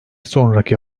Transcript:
sonraki